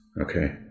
Okay